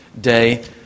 day